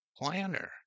planner